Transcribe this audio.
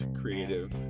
creative